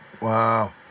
Wow